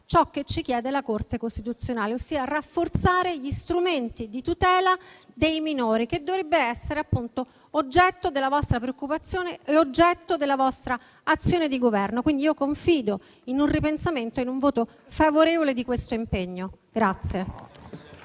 ciò che ci chiede la Corte costituzionale, ossia rafforzare gli strumenti di tutela dei minori. Questo dovrebbe essere appunto oggetto della vostra preoccupazione e della vostra azione di Governo. Confido pertanto in un ripensamento e in un voto favorevole rispetto a questo impegno.